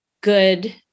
good